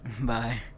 Bye